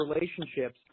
relationships